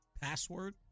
password